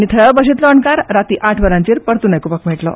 थळाव्या भाषेतलो अणकार राती आठ वरांचेर परत आयकुपाक मेळटलो